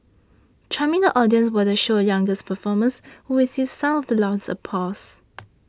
charming the audiences were the show's youngest performers who received some of the loudest applause